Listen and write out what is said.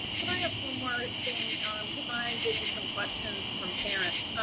can i ask one more thing because i'm getting some questions from parents